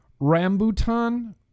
Rambutan